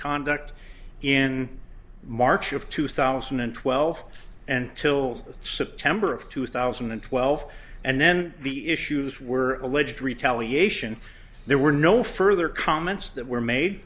conduct in march of two thousand and twelve and till september of two thousand and twelve and then the issues were alleged retaliation there were no further comments that were made